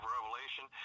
Revelation